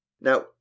Now